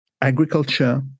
agriculture